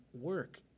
work